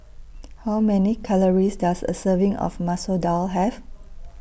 How Many Calories Does A Serving of Masoor Dal Have